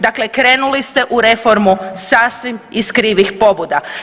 Dakle, krenuli ste u reformu sasvim iz krivih pobuda.